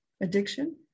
addiction